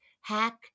Hack